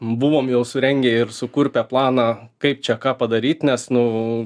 buvom jau surengę ir sukurpę planą kaip čia ką padaryt nes nu